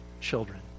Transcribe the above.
children